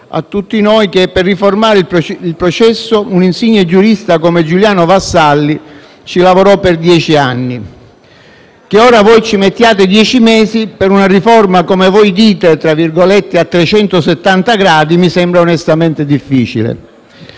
a tutti noi che, per riformare il processo, un insigne giurista come Giuliano Vassalli ci lavorò per dieci anni. Che ora voi ci mettiate dieci mesi, per una riforma, come voi dite, a 370 gradi, mi sembra onestamente difficile.